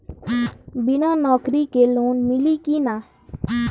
बिना नौकरी के लोन मिली कि ना?